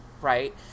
right